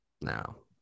No